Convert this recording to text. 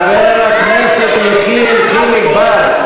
את, חבר הכנסת יחיאל חיליק בר.